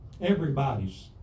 everybody's